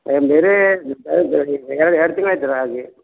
ಏನು ಬೇರೆ ಬ್ಯಾರೆದು ಎರಡು ಎರಡು ತಿಂಗ್ಳು ಆಯ್ತು ರೀ ಆಗಿ